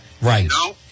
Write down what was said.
Right